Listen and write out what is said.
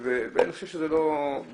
ואני חושב שזה לא ניתן